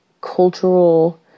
cultural